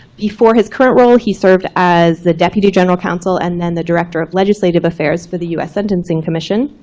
before his current role, he served as the deputy general counsel and then the director of legislative affairs for the us sentencing commission,